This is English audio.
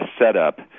setup